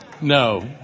No